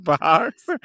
box